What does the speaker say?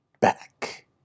back